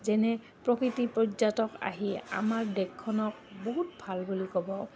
যেনে প্ৰকৃতি পৰ্যটক আহি আমাৰ দেশখনক বহুত ভাল বুলি ক'ব